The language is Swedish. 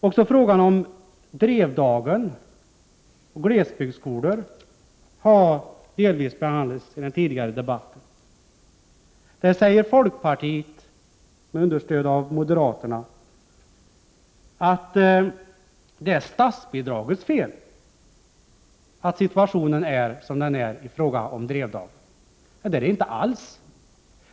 Också frågan om Drevdagen och glesbygdsskolor över huvud taget har delvis behandlats i den tidigare debatten. Där säger folkpartisterna, med understöd av moderaterna, att det är statsbidragssystemets fel att situationen är som den är i Drevdagen. Så är det inte alls.